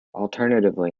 alternatively